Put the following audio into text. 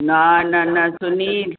न न न सुनील